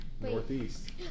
northeast